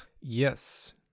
yes